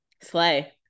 Slay